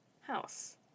house